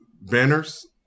banners